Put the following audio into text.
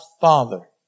Father